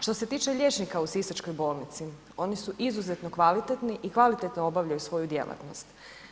Što se tiče liječnika u sisačkoj bolnici oni su izuzetno kvalitetni i kvalitetno obavljaju svoju djelatnost.